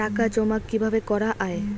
টাকা জমা কিভাবে করা য়ায়?